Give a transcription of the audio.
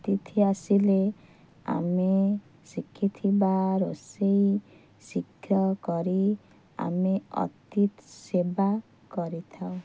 ଅତିଥି ଆସିଲେ ଆମେ ଶିଖିଥିବା ରୋଷେଇ ଶୀଘ୍ର କରି ଆମେ ଅତିଥି ସେବା କରିଥାଉ